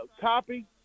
copy